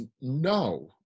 No